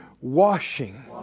Washing